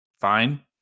Fine